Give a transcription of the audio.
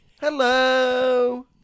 hello